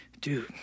Dude